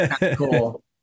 Cool